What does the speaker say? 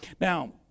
Now